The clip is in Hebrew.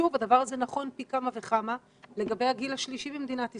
שוב הדבר הזה הוא נכון פי כמה וכמה לגבי הגיל השלישי במדינת ישראל.